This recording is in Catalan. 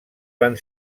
van